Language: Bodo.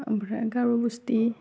आमफ्राय गार' बस्टि